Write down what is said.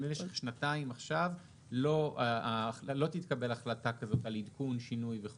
במשך שנתיים מעכשיו לא תתקבל החלטה כזאת על עדכון שינוי מחיר וכולי.